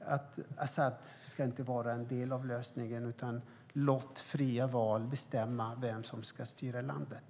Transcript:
att Assad inte ska vara en del av lösningen. Låt fria val bestämma vem som ska styra landet.